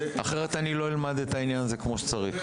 אחרת אני לא אלמד את העניין הזה כמו שצריך.